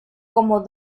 como